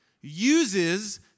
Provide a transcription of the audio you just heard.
uses